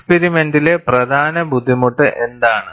എക്സ്പിരിമെന്റിലെ പ്രധാന ബുദ്ധിമുട്ട് എന്താണ്